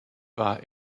war